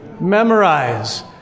memorize